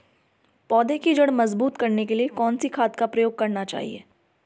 पौधें की जड़ मजबूत करने के लिए कौन सी खाद का प्रयोग करना चाहिए?